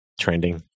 Trending